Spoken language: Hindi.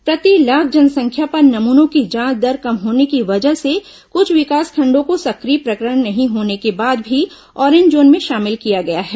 प्रति लाख जनसंख्या पर नमूनों की जांच दर कम होने की वजह से कुछ विकासखंडों को सक्रिय प्रकरण नहीं होने के बाद भी ऑरेंज जोन में शामिल किया गया है